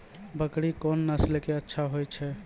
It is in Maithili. बकरी कोन नस्ल के अच्छा होय छै?